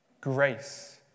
grace